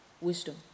wisdom